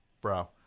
bro